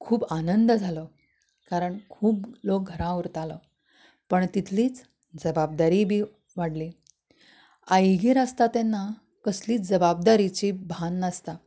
खूब आनंद जालो कारण खूब लोक घरा उरतालो पण तितलीच जबाबदारी बीन वाडली आईगेर आसता तेन्ना कसलीच जबाबदारिची भान नासता